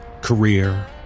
career